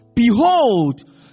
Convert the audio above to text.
Behold